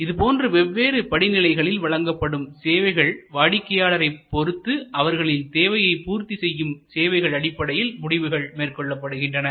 இதுபோன்று வேவ்வேறு படிநிலைகளில் வழங்கப்படும் சேவைகள் வாடிக்கையாளரை பொருத்து அவர்களின் தேவைகளை பூர்த்தி செய்யும் சேவைகள் அடிப்படையில் முடிவுகள் மேற்கொள்ளப்படுகின்றன